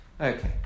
Okay